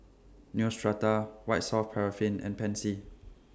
Neostrata White Soft Paraffin and Pansy